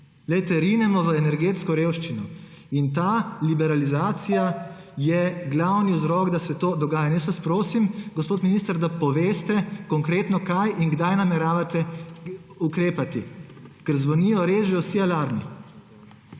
Poglejte, rinemo v energetsko revščino. Ta liberalizacija je glavni vzrok, da se to dogaja. Jaz vas prosim, gospod minister, da poveste: Kako in kdaj konkretno nameravate ukrepati, ker zvonijo res že vsi alarmi?